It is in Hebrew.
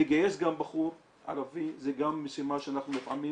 גם לגייס בחור ערבי זה גם משימה שאנחנו לפעמים